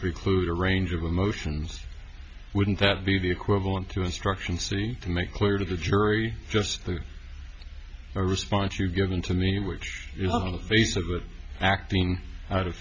preclude a range of emotions wouldn't that be the equivalent to instruction to make clear to the jury just the response you've given to me which face of acting out of